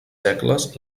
segles